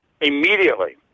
immediately